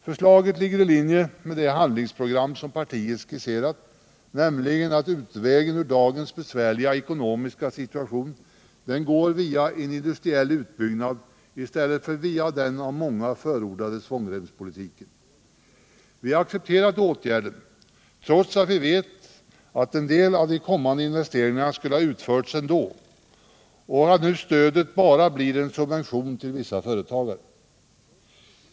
Förslaget ligger i linje med det handlingsprogram som partiet skisserat, nämligen att utvägen ur dagens besvärliga ekonomiska situation går via industriell utbyggnad och inte via den av många förordade svångremspolitiken. Vi har accepterat åtgärden, trots att vi vet att en del av de kommande investeringarna skulle ha gjorts ändå och att stödet nu bara blir en subvention till vissa företag.